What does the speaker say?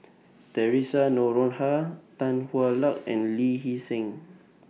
Theresa Noronha Tan Hwa Luck and Lee Hee Seng